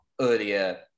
earlier